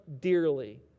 dearly